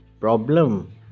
problem